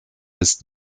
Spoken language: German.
ist